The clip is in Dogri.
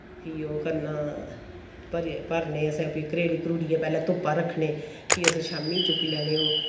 फ्ही ओह् करना भरियै भरने असैं फ्ही करेड़ी करूड़ियै पैह्लै धुप्पा रक्खने फ्ही असैं शाम्मी चुक्की लैने ओह्